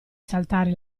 saltare